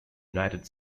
united